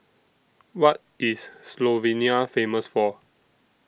What IS Slovenia Famous For